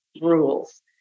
rules